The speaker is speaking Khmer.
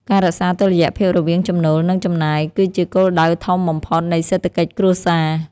ការរក្សាតុល្យភាពរវាងចំណូល និងចំណាយ គឺជាគោលដៅធំបំផុតនៃសេដ្ឋកិច្ចគ្រួសារ។